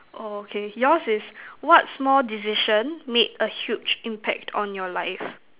oh okay yours is what small decision made a huge impact on your life